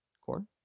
Corn